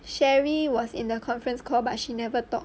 cherrie was in the conference call but she never talk